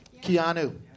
Keanu